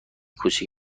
کوچک